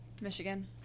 Michigan